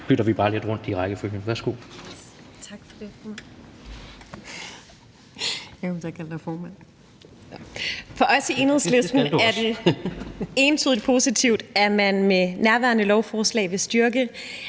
bytter vi bare lidt rundt i rækkefølgen. Værsgo.